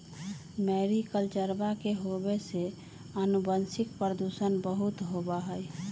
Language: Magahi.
मैरीकल्चरवा के होवे से आनुवंशिक प्रदूषण बहुत होबा हई